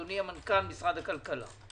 אדוני מנכ"ל משרד הכלכלה,